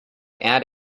add